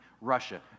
Russia